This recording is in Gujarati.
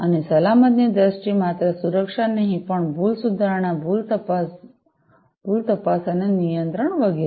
અને સલામતીની દ્રષ્ટિએ માત્ર સુરક્ષા જ નહીં પણ ભૂલ સુધારણા ભૂલ તપાસ ભૂલ તપાસ અને નિયંત્રણ વગેરે